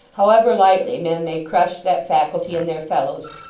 however lightly men may crush that faculty in their fellows,